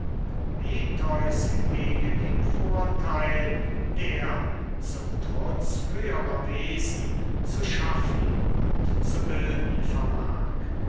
hingegen im vorteil der zum trutz höherer wesen zu schaffen und zu bilden vermag